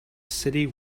city